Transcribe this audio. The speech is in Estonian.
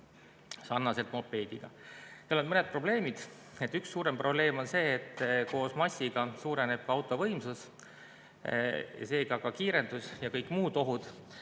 sarnaselt mopeediga. Seal on mõned probleemid. Üks suurem probleem on see, et koos massiga suureneb auto võimsus ja seega ka kiirendus ja kõik muud ohud.